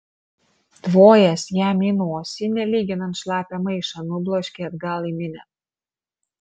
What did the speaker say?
tvojęs jam į nosį nelyginant šlapią maišą nubloškė atgal į minią